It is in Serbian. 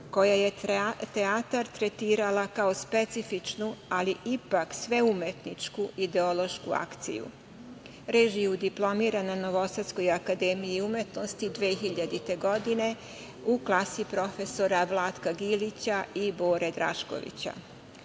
koja je teatar tretirala kao specifičnu, ali ipak sveumetničku ideološku akciju. Režiju diplomira na Novosadskoj akademiji umetnosti 2000. godine u klasi profesora Vlatka Gilića i Bore Draškovića.